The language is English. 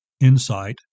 insight